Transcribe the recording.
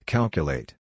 Calculate